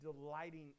delighting